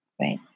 Right